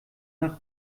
nach